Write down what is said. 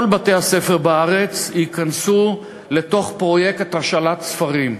בתי-הספר בארץ ייכנסו לפרויקט השאלת הספרים.